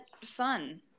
fun